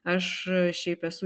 aš šiaip esu